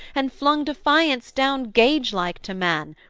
and flung defiance down gagelike to man,